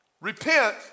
Repent